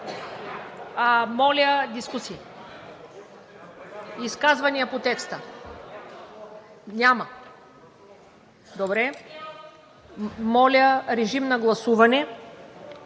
Моля, дискусия. Изказвания по текста? Няма. Моля, режим на гласуване.